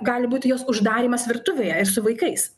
gali būt jos uždarymas virtuvėje su vaikais